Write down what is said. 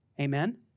Amen